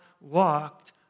walked